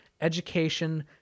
education